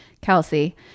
Kelsey